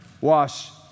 wash